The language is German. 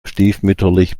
stiefmütterlich